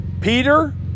Peter